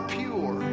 pure